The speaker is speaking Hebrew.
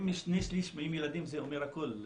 אם שני שליש מהם ילדים זה אומר הכול,